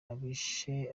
abishe